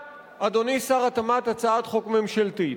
אדוני שר התמ"ת, ישנה הצעת חוק ממשלתית.